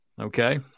okay